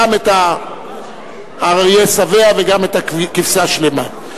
גם את האריה שבע וגם את הכבשה שלמה.